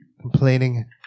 complaining